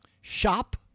Shop